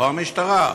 לא המשטרה?